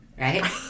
right